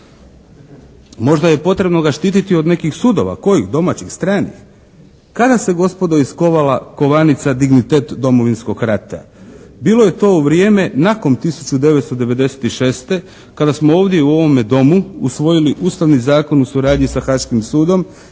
Možda je potrebno ga štititi od nekih sudova. Kojih? Domaćih? Stranih? Kada se gospodo iskovala kovanica dignitet Domovinskog rata? Bilo je to u vrijeme nakon 1996. kada smo ovdje u ovome Domu usvojili Ustavni zakon u suradnji sa Haškim sudom